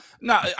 no